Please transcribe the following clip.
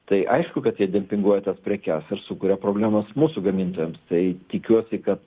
tai aišku kad jie dempinguoja tas prekes ir sukuria problemas mūsų gamintojams tai tikiuosi kad